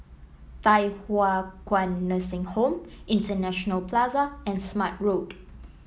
Thye Hua Kwan Nursing Home International Plaza and Smart Road